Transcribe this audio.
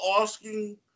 asking